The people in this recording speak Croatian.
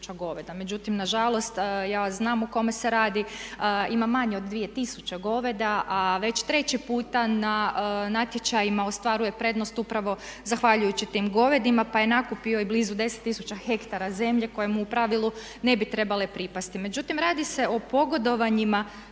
goveda, međutim nažalost ja znam o kome se radi, ima manje od 2 tisuće goveda a već treći puta na natječajima ostvaruje prednost upravo zahvaljujući tim govedima pa je nakupio i blizu 10 tisuća hektara zemlje koje mu u pravilu ne bi trebale pripasti. Međutim, radi se o pogodovanjima